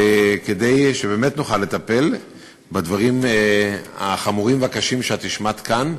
כדי שבאמת נוכל לטפל בדברים החמורים והקשים שהשמעת כאן.